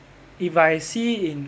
if I see in